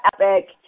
epic